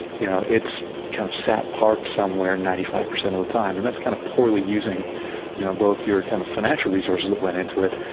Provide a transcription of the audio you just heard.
you know it's kind of sat parked somewhere ninety five percent of the time, and that's kind of poorly using you know both your kind of financial resources that went into it,